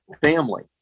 family